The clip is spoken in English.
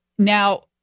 Now